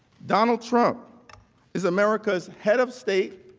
donald trump is america's head of state